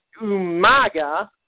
Umaga